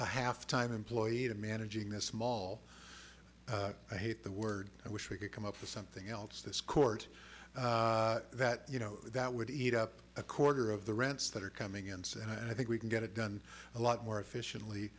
a half time employee to managing this small i hate the word i wish we could come up with something else this court that you know that would eat up a quarter of the rents that are coming in so i think we can get it done a lot more efficiently